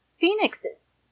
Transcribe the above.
phoenixes